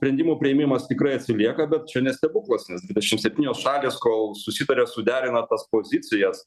sprendimų priėmimas tikrai atsilieka bet čia ne stebuklas nes dvidešim septynios šalys kol susitaria suderina tas pozicijas